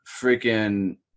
freaking